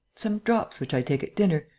some drops which i take at dinner.